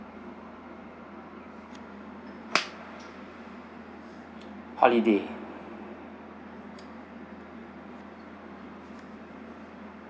holiday